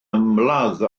ymladd